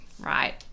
right